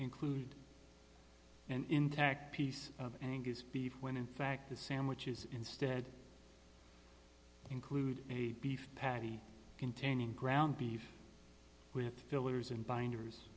include an intact piece of angus beef when in fact the sandwiches instead include a beef patty containing ground beef with fillers and binders